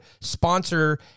sponsor